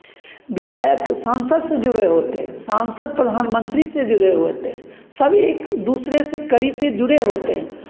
विधायक सांसद से जुड़े होते हैं सांसद प्रधानमंत्री से जुड़े हुए होते हैं सब एक दूसरे से कड़ी से जुड़े होते हैं